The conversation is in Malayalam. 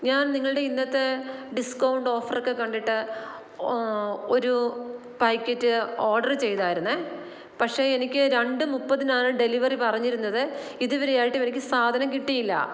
ഞാൻ നിങ്ങളുടെ ഇന്നത്തെ ഡിസ്കൗണ്ട് ഓഫറൊക്കെ കണ്ടിട്ട് ഒരു പാക്കറ്റ് ഓഡർ ചെയ്തിരുന്നു പക്ഷേ എനിക്ക് രണ്ടു മുപ്പതിനാണ് ഡെലിവറി പറഞ്ഞിരുന്നത് ഇതുവരെ ആയിട്ടും എനിക്ക് സാധനം കിട്ടിയില്ല